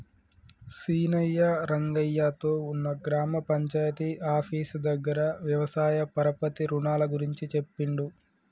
సీనయ్య రంగయ్య తో ఉన్న గ్రామ పంచాయితీ ఆఫీసు దగ్గర వ్యవసాయ పరపతి రుణాల గురించి చెప్పిండు